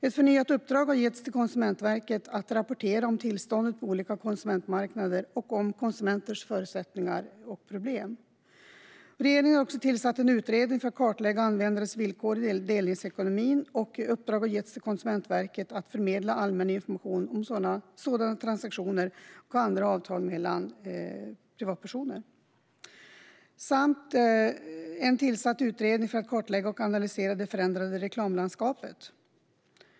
Ett förnyat uppdrag har getts till Konsumentverket att rapportera om tillståndet på olika konsumentmarknader och om konsumenters förutsättningar och problem. Regeringen har också tillsatt en utredning för att kartlägga användares villkor i delningsekonomin, och uppdrag har getts till Konsumentverket att förmedla allmän information om sådana transaktioner och andra avtal mellan privatpersoner. Det har tillsatts en utredning för att kartlägga och analysera det förändrade reklamlandskapet.